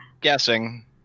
guessing